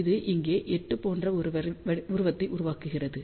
இது இங்கே 8 போன்ற ஒரு உருவத்தை உருவாக்குகிறது